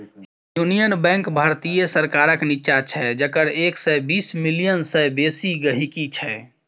union bank भारतीय सरकारक निच्चां छै जकर एक सय बीस मिलियन सय बेसी गांहिकी छै